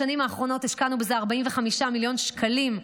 בשנים האחרונות השקענו בזה 45 מיליון שקלים,